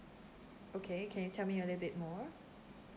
okay can you tell me a little bit more